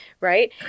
right